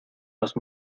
nos